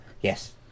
Yes